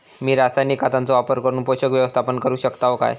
मी रासायनिक खतांचो वापर करून पोषक व्यवस्थापन करू शकताव काय?